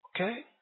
Okay